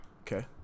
Okay